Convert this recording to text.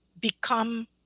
become